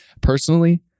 personally